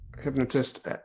hypnotist